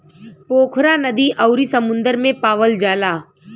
पोखरा नदी अउरी समुंदर में पावल जाला